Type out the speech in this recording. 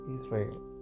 Israel